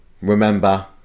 remember